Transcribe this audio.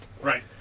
Right